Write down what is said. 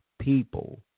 people